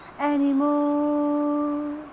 anymore